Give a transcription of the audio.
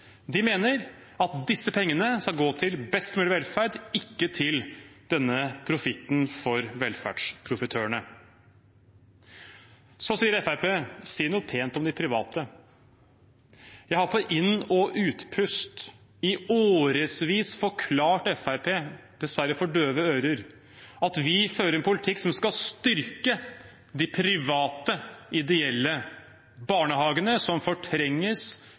mener at disse pengene skal gå til best mulig velferd, ikke til denne profitten for velferdsprofitørene. Så sier Fremskrittspartiet: Si noe pent om de private. Jeg har på inn- og utpust i årevis forklart Fremskrittspartiet – dessverre for døve ører – at vi fører en politikk som skal styrke de private, ideelle barnehagene som fortrenges,